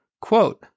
Quote